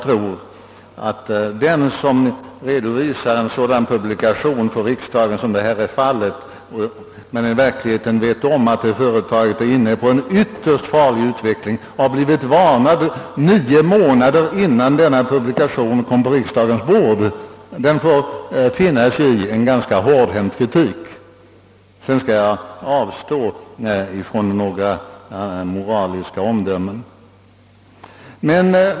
Den som för riksdagen redovisar en sådan publikation, som det är fråga om, men i själva verket vet om att företaget är inne på en ytterst farlig utveckling och dessutom blivit varnad nio månader innan publikationen kom på riksdagens bord får finna sig i en ganska hårdhänt kritik. Därutöver skall jag avstå från moraliska omdömen.